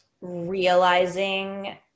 realizing